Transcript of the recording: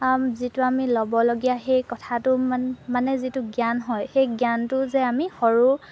যিটো আমি ল'বলগীয়া সেই কথাটো মান মানে যিটো জ্ঞান হয় সেই জ্ঞানটো যে আমি সৰু